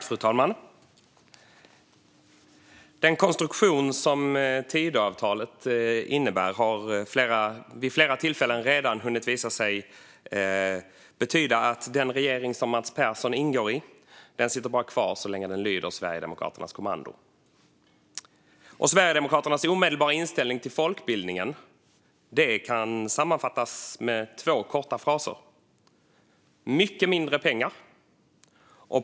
Fru talman! Tidöavtalets konstruktion har redan vid flera tillfällen visat sig innebära att den regering Mats Perssons ingår i bara sitter kvar så länge den lyder Sverigedemokraternas kommando. Sverigedemokraternas omedelbara inställning till folkbildning kan sammanfattas i två korta fraser: Mycket mindre pengar.